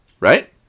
right